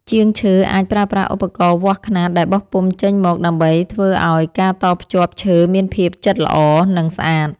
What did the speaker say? ជាងឈើអាចប្រើប្រាស់ឧបករណ៍វាស់ខ្នាតដែលបោះពុម្ពចេញមកដើម្បីធ្វើឱ្យការតភ្ជាប់ឈើមានភាពជិតល្អ និង ស្អាត។